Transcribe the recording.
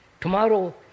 tomorrow